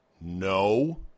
No